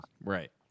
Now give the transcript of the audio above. Right